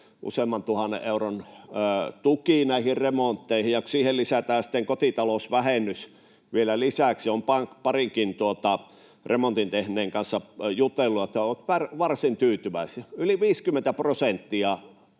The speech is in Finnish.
useamman tuhannen euron tuki näihin remontteihin, ja kun siihen lisätään sitten kotitalousvähennys vielä lisäksi — olen parinkin remontin tehneen kanssa jutellut, ja ovat varsin tyytyväisiä. Yli 50 prosenttia